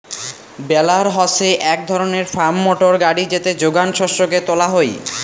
বেলার হসে এক ধরণের ফার্ম মোটর গাড়ি যেতে যোগান শস্যকে তোলা হই